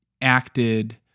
acted